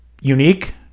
unique